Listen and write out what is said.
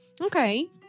okay